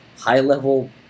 high-level